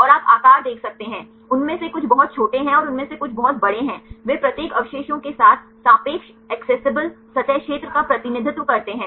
और आप आकार देख सकते हैं उनमें से कुछ बहुत छोटे हैं और उनमें से कुछ बहुत बड़े हैं वे प्रत्येक अवशेषों के सापेक्ष एक्सेसिबल सतह क्षेत्र का प्रतिनिधित्व करते हैं